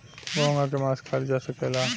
घोंघा के मास खाइल जा सकेला